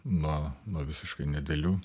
nuo nuo visiškai nedidelių